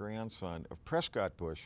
grandson of prescott bush